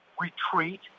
retreat